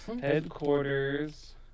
headquarters